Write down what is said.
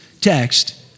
text